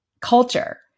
culture